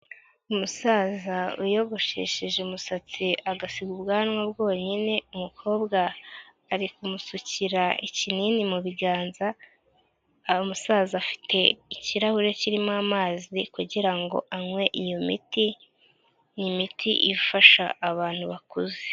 Umusaza wiyogoshesheje umusatsi agasiga ubwanwa bwonyine, umukobwa ari kumusukira ikinini mu biganza. Umusaza afite ikirahure kirimo amazi kugira ngo anywe iyo miti, ni imiti ifasha abantu bakuze.